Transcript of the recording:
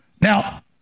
Now